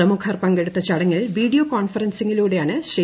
പ്രമുഖർ പങ്കെടുത്ത ചട്ട്ടിൽ വീഡിയോ കോൺഫറൻസിങ്ങലൂടെയ്ാണ് ശ്രീ